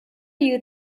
you